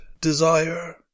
desire